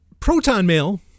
ProtonMail